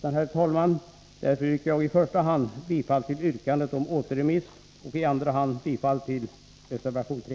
Jag yrkar, herr talman, i första hand bifall till yrkandet om återremiss och i andra hand bifall till reservation 3.